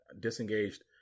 disengaged